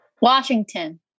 Washington